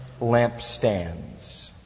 lampstands